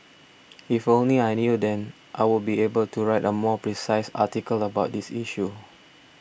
if only I knew then I would be able to write a more precise article about this issue